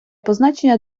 позначення